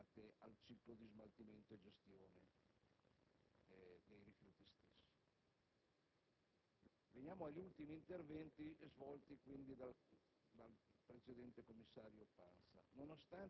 da parte di strutture collegate al ciclo di smaltimento e gestione dei rifiuti stessi. Veniamo agli ultimi interventi svolti dal